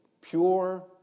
pure